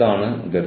ഇതാണ് പേപ്പർ